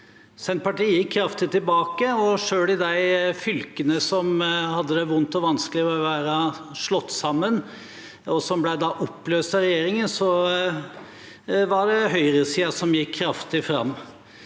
Senterpartiet gikk kraftig tilbake. Selv i de fylkene som hadde det vondt og vanskelig over å ha blitt slått sammen, og som ble oppløst av regjeringen, var det høyresiden som gikk kraftig fram.